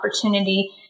opportunity